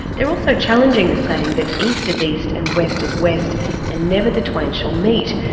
they are also challenging the saying that east is east and west is west and never the twain shall meet.